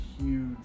huge